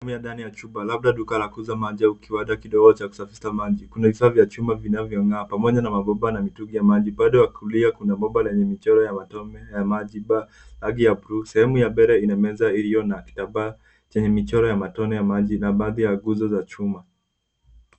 Sehemu ya ndani ya chumba labda duka la kuuza maji au kiwanda kidogo cha kusafisha maji. Kuna vifaa vya chuma vinavyong'aa pamoja na mabomba na mitungi ya maji. Upande wa kulia kuna bomba lenye michoro ya matone ya maji, rangi ya buluu. Sehemu ya juu mbele ina meza iliyo na kitambaa chenye michoro ya matone ya maji na baadhi ya nguzo za chuma.